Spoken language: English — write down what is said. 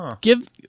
give